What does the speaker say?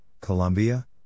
Colombia